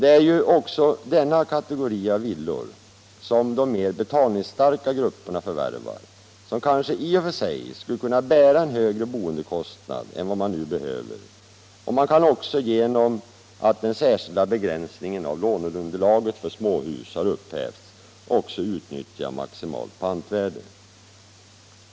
Det är också denna kategori av villor som förvärvas av mer betalningsstarka grupper, som kanske i och för sig skulle kunna bära en högre boendekostnad än vad de nu behöver. Dessa kan också på grund av att den särskilda begränsningen av låneunderlaget för småhus har upphävts utnyttja maximalt pantvärde.